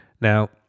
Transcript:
Now